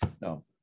no